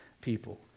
people